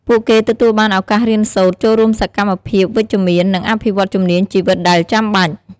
ពួកគេទទួលបានឱកាសរៀនសូត្រ ចូលរួមសកម្មភាពវិជ្ជមាន និងអភិវឌ្ឍជំនាញជីវិតដែលចាំបាច់។